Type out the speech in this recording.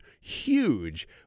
huge